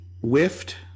whiffed